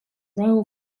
royal